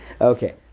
Okay